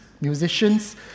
musicians